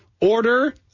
order